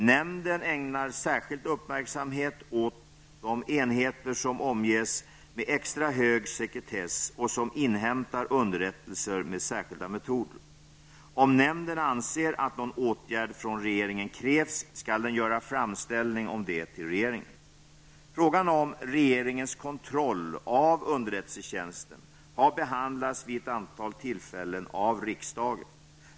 Nämnden ägnar särskild uppmärksamhet åt de enheter som omges med extra hög sekretess och som inhämtar underrättelser med särskilda metoder. Om nämnden anser att någon åtgärd från regeringen krävs, skall den göra framställning om det till regeringen. Frågan om regeringens kontroll av underrättelsetjänsten har behandlats vid ett antal tillfällen av riksdagen.